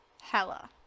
Hella